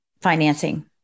financing